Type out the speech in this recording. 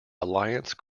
alliance